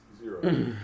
zero